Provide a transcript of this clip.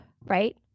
right